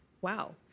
Wow